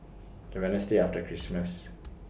The Wednesday after Christmas